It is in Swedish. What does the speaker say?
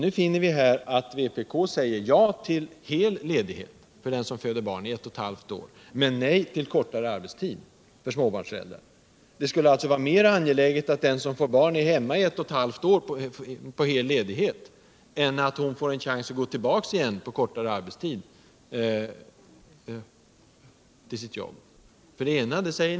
Nu finner vi att vpk säger ja till hel iedighet under ett och ett halvt år för den som föder barn, men de säger nej till kortare arbetstid för småbarnsförätdrar. Det skulle alltså innebära att man unser det vara mer angeläget att den som fär barn får hel ledighet under eu och ett halvt år än att hon får en chans att gå ullbaka till sitt jobb med kortare arbetstid.